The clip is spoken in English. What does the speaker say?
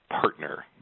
partner